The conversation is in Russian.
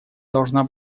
должна